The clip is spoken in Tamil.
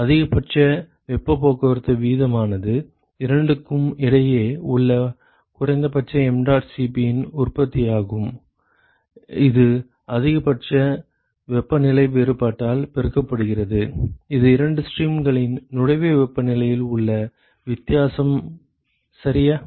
அதிகபட்ச வெப்பப் போக்குவரத்து வீதமானது இரண்டுக்கும் இடையே உள்ள குறைந்தபட்ச mdot Cp இன் உற்பத்தியாகும் இது அதிகபட்ச வெப்பநிலை வேறுபாட்டால் பெருக்கப்படுகிறது இது இரண்டு ஸ்ட்ரீம்களின் நுழைவு வெப்பநிலையில் உள்ள வித்தியாசம் சரியா